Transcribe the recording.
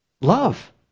love